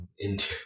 India